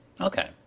Okay